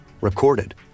recorded